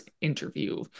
interview